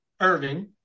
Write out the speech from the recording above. Irving